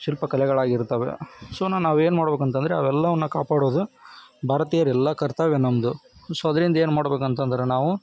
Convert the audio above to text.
ಶಿಲ್ಪಕಲೆಗಳಾಗಿರ್ತವೆ so ಅವನ್ನ ನಾವೇನು ಮಾಡ್ಬೇಕು ಅಂತ ಅಂದ್ರೆ ಅವೆಲ್ಲವನ್ನು ಕಾಪಾಡೋದು ಭಾರತೀಯರ ಎಲ್ಲ ಕರ್ತವ್ಯ ನಮ್ಮದು ಸೊ ಅದ್ರಿಂದ ಏನು ಮಾಡಬೇಕು ಅಂತ ಅಂದ್ರೆ ನಾವು